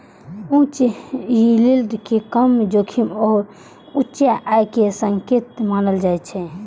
उच्च यील्ड कें कम जोखिम आ उच्च आय के संकेतक मानल जाइ छै